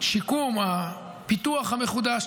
השיקום והפיתוח המחודש,